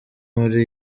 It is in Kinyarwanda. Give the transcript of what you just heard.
muri